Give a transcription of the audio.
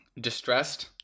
distressed